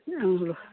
ꯎꯝ